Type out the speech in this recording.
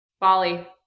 Bali